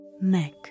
Neck